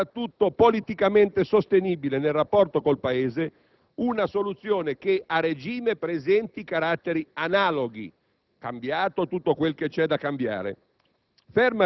e, soprattutto, politicamente sostenibile, nel rapporto col Paese - una soluzione che, a regime, presenti caratteri analoghi, cambiato tutto quello che c'è da cambiare.